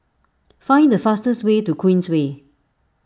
find the fastest way to Queensway